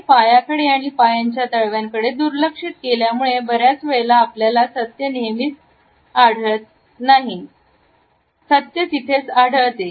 आणि पायाकडे आणि पायांच्या तळव्यांना कडे दुर्लक्षित केल्यामुळे बऱ्याच वेळेला आपल्याला सत्य नेहमी तिथेच आढळते